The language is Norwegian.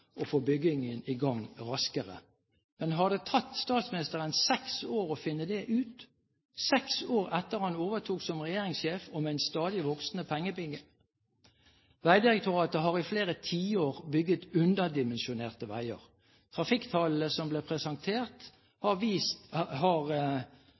å få byggingen i gang raskere. Men har det tatt statsministeren seks år å finne ut det – seks år etter at han overtok som regjeringssjef, og med en stadig voksende pengebinge? Vegdirektoratet har i flere tiår bygget underdimensjonerte veier. Trafikktallene som ble presentert,